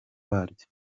waryo